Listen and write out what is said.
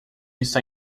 está